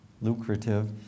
lucrative